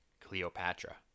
Cleopatra